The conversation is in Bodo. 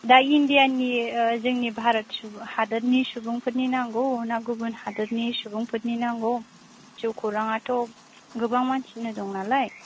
दा इण्डियान नि जोंनि भारत हादरनि सुबुंफोरनि नांगौ ना गुबुन हादरनि सुबुंफोरनि नांगौ जिउखौरां आथ' गोबां मानसिनि दं नालाय